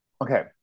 okay